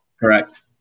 Correct